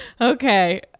Okay